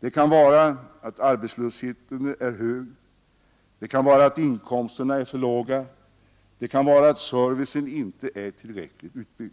Det kan vara att arbetslösheten är hög. Det kan vara att inkomsterna är för låga. Det kan vara att servicen inte är tillräckligt utbyggd.